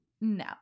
No